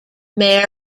mare